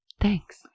Thanks